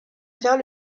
vers